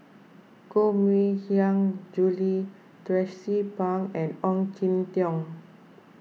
Koh Mui Hiang Julie Tracie Pang and Ong Jin Teong